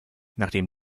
nachdem